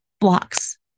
blocks